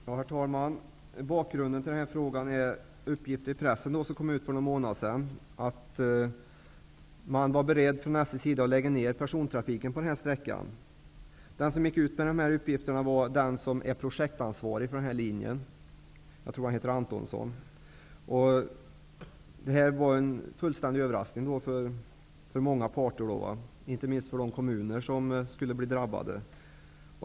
Herr talman! Bakgrunden till frågan är de uppgifter som förekom i pressen för någon månad sedan om att SJ var beredd att lägga ner persontrafiken på den här sträckan. Den som gick ut med dessa uppgifter var den som är projektansvarig för denna linje -- jag tror att han heter Antonsson. Detta var en fullständig överraskning för många parter, inte minst för de kommuner som skulle bli drabbade.